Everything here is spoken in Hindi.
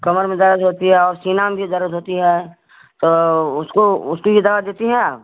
कमर में दर्द होती है और सीना में भी दर्द होती है तो उसको उसके लिए दवा देती हैं आप